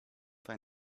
find